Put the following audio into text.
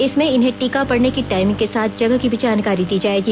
इसमें इन्हें टीका पड़ने की टाइमिंग के साथ जगह की भी जानकारी दी जाएगी